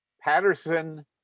Patterson